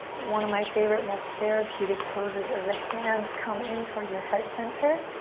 one of my favorite, most therapuetic poses as the hands come in towards your heart center,